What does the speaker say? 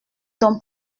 donc